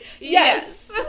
Yes